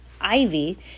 ivy